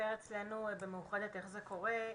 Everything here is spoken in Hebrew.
אצלינו במאוחדת איך זה קורה.